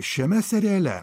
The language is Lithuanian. šiame seriale